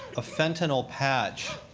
a fentanyl patch,